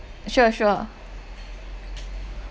sure sure